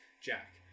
Jack